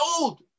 old